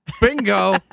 bingo